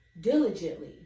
diligently